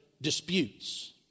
disputes